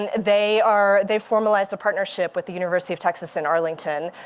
and they are, they've formalized a partnership with the university of texas in arlington.